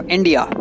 India